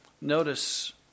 Notice